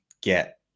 get